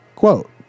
Quote